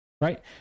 Right